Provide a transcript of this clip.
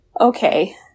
okay